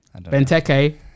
Benteke